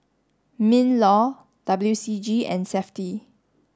MINLAW W C G and SAFTI